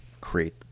create